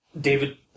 David